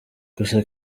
gusa